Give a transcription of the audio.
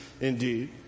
indeed